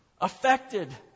affected